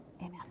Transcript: Amen